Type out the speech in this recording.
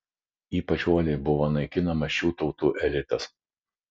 ypač uoliai buvo naikinamas šių tautų elitas